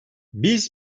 biz